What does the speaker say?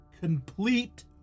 complete